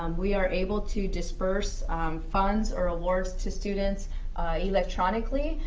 um we are able to disburse funds or awards to students electronically,